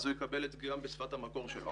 הוא יקבל את השירות בשפת המקור שלו.